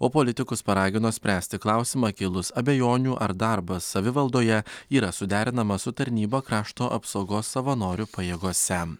o politikus paragino spręsti klausimą kilus abejonių ar darbas savivaldoje yra suderinamas su tarnyba krašto apsaugos savanorių pajėgose